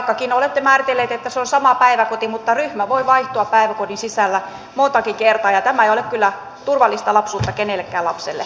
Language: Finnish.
vaikkakin olette määritelleet että se on sama päiväkoti ryhmä voi vaihtua päiväkodin sisällä montakin kertaa ja tämä ei ole kyllä turvallista lapsuutta kenellekään lapselle